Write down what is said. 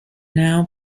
now